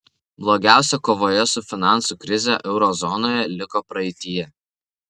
blogiausia kovoje su finansų krize euro zonoje liko praeityje